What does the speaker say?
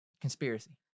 Conspiracy